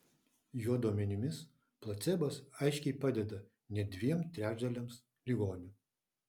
jo duomenimis placebas aiškiai padeda net dviem trečdaliams ligonių